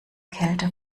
kälte